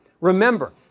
Remember